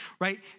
right